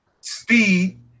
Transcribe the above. speed